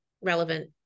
relevant